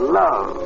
love